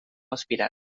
aspirant